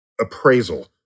appraisal